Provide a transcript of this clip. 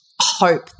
hope